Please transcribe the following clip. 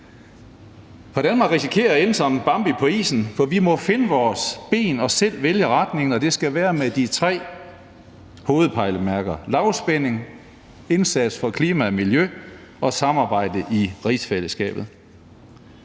Danmark risikerer at ende som Bambi på isen, for vi må finde vores ben og selv vælge retningen, og det skal være med de tre hovedpejlemærker: lavspænding, indsats for klima og miljø samt samarbejde i rigsfællesskabet.